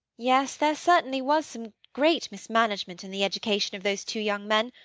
yes, there certainly was some great mismanagement in the education of those two young men.